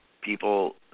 people